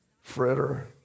Fritter